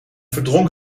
verdrong